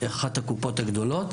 באחת הקופות הגדולות.